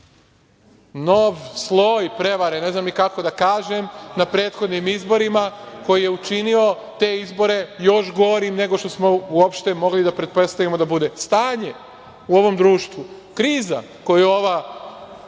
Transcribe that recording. nov sloj prevare, ne znam ni kako da kažem, na prethodnim izborima, koji je učinio te izbore još gorim nego što smo uopšte mogli da pretpostavimo da bude. Stanje u ovom društvu, kriza koju je